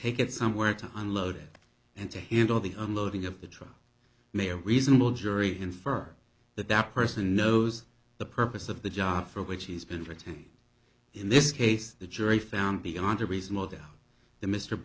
take it somewhere to unload it and to handle the unloading of the truck may or a reasonable jury infer that that person knows the purpose of the job for which he's been retained in this case the jury found beyond a reasonable doubt the mr